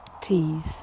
teas